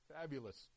fabulous